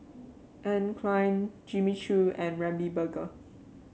Anne Klein Jimmy Choo and Ramly Burger